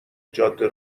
جاده